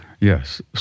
Yes